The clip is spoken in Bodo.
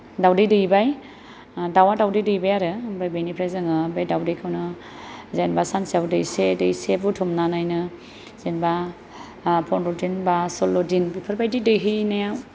दाउदै दैबाय दाउआ दाउदै दैबाय आरो ओमफ्राय बेनिफ्राय जोङो बे दाउदैखौनो जेनेबा सानसेयाव दैसे दैसे बुथुमनानैनो जेनेबा पन्द्र'दिन बा सल्ल' दिन बेफोरबादि दैहोनायाव